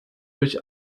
durch